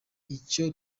icyo